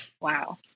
Wow